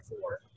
four